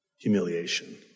Humiliation